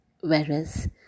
Whereas